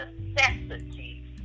necessity